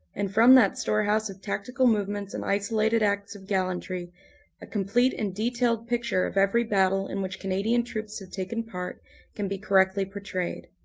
and from that storehouse of tactical movements and isolated acts of gallantry a complete and detailed picture of every battle in which canadian troops have taken part can be correctly portrayed.